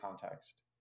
context